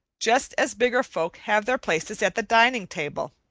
just as bigger folk have their places at the dining table.